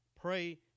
Pray